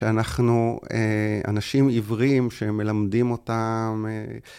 שאנחנו אנשים עיוורים שמלמדים אותם.